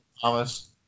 thomas